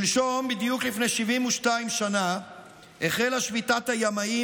שלשום בדיוק לפני 72 שנה החלה שביתת הימאים